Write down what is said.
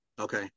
okay